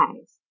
eyes